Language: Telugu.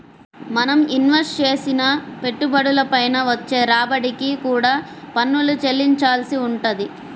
మనం ఇన్వెస్ట్ చేసిన పెట్టుబడుల పైన వచ్చే రాబడికి కూడా పన్నులు చెల్లించాల్సి వుంటది